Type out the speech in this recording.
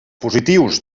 positius